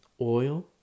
oil